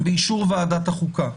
באישור ועדת החוקה.